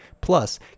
plus